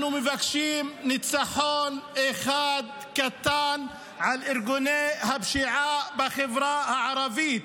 אנחנו מבקשים ניצחון אחד קטן על ארגוני הפשיעה בחברה הערבית.